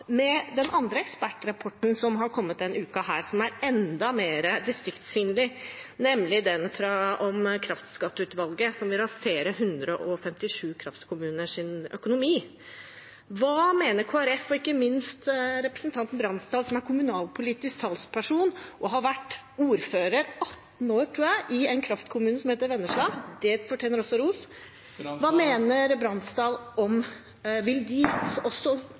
med den andre ekspertrapporten som har kommet denne uka, som er enda mer distriktsfiendtlig, nemlig den fra kraftskatteutvalget, som vil rasere 157 kraftkommuners økonomi? Hva mener Kristelig Folkeparti og ikke minst representanten Brandsdal, som er kommunalpolitisk talsperson, og som har vært ordfører i 18 år, tror jeg, i kraftkommunen Vennesla? Det fortjener også ros. Hva mener Bransdal og Kristelig Folkeparti – vil de